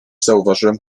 zauważyłem